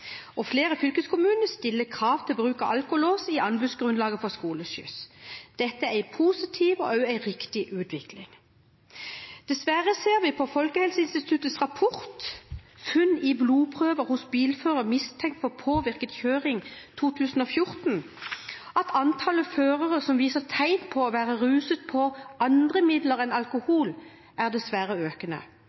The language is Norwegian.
og flere fylkeskommuner stiller krav til bruk av alkolås i anbudsgrunnlaget for skoleskyss. Dette er en positiv og også en riktig utvikling. Dessverre ser vi på Folkehelseinstituttets rapport «Funn i blodprøver hos bilførere mistenkt for påvirket kjøring 2014» at antallet førere som viser tegn på å være ruset på andre midler enn alkohol, dessverre er økende,